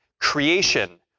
creation